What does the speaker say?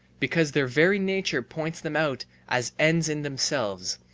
because their very nature points them out as ends in themselves,